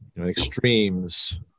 extremes